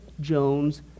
Jones